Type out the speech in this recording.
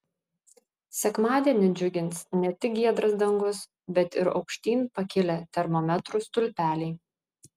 sekmadienį džiugins ne tik giedras dangus bet ir aukštyn pakilę termometrų stulpeliai